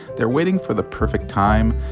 they're waiting for the perfect time.